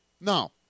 No